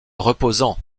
reposant